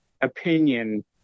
opinion